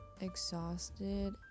exhausted